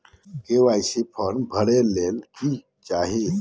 KYC form भरे ले कि चाही?